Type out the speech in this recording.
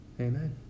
Amen